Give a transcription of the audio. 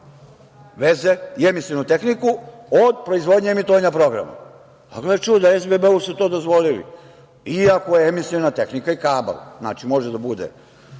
veze i emisionu tehniku od proizvodnje emitovanja programa. Gle čuda, SBB su to dozvolili, iako je emisiona tehnika i kabal. Znači, može da bude